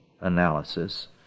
analysis